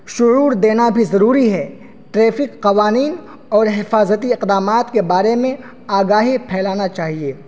شعور دینا بھی ضروری ہے ٹریفک قوانین اور حفاظتی اقدامات کے بارے میں آگاہی پھیلانا چاہیے